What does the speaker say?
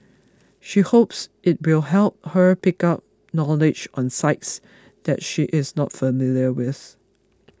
she hopes it will help her pick up knowledge on sites that she is not familiar with